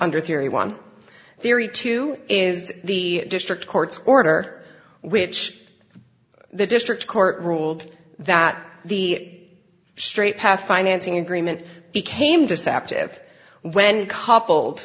under theory one theory two is the district court's order which the district court ruled that the straight path financing agreement became deceptive when coupled